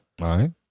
right